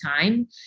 time